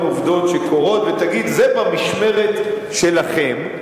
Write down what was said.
עובדות שקורות ותגיד: זה במשמרת שלכם,